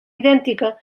idèntica